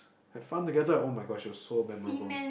had fun together [oh]-my-gosh it was so memorable